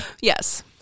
Yes